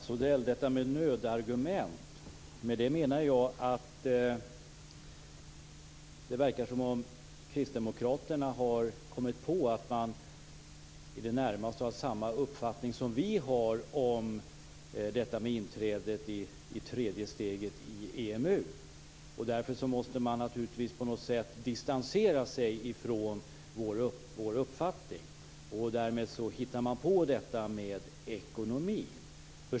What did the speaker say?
Fru talman! Med nödargument, Mats Odell, menar jag att Kristdemokraterna har kommit på att man i det närmaste har samma uppfattning som vi har i fråga om inträde i tredje steget i EMU. Därför måste man distansera sig från vår uppfattning. Därmed hittar man på argumentet om ekonomin.